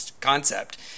concept